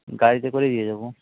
গাড়িতে করেই দিয়ে যাবো